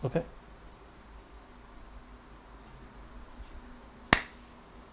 okay